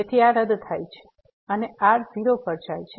તેથી આ રદ થાય છે અને r 0 પર જાય છે